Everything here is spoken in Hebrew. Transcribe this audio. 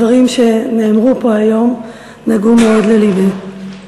הדברים שנאמרו פה היום נגעו מאוד ללבי.